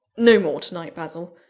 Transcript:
no more to-night, basil,